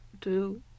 two